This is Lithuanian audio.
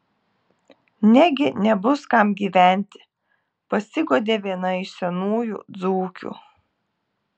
negi nebus kam gyventi pasiguodė viena iš senųjų dzūkių